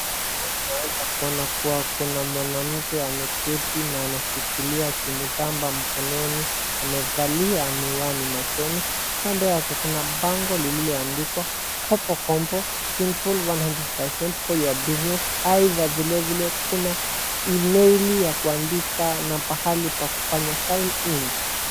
unaeza kuona kuwa kuna mwanamke ameketi na anashikilia simu tamba kwa mkononi amevalia miwani machoni kando yake kuna bango liloandikwa kopokopo simple one hundred percent for your buisness aidha vile vile kuna email ya kuandika na pahali pa kufanya sign in